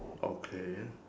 okay